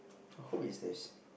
I hope it stays